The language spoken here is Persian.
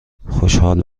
خوشحال